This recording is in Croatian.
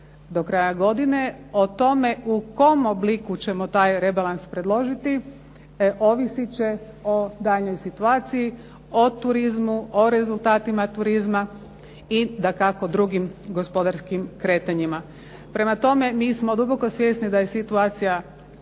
do kraja dogine. O tome u kom obliku ćemo taj rebalans predložiti, ovisit će o daljnjoj situaciji, o turizmu, o rezultatima turizma i dakako drugim gospodarskim kretanjima. Prema tome, mi smo duboko svjesni da je situacija